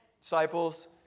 disciples